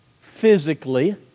physically